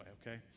okay